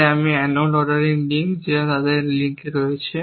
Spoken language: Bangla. তাই আমি অ্যানোড অর্ডারিং লিঙ্ক যা তাদের লিঙ্কে রয়েছে